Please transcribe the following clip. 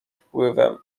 wpływem